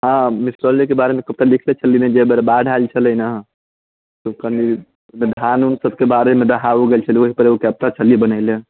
हँ मिसरौलीके बारेमे कविता लिखने छलियै जाहि बेर बाढ़ि आयल छलै हँ कनि धान ओन सभकेँ बारेमे दहा गेल छलै ओहि पर ओ कविता छलियै बनयले